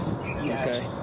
okay